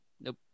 Nope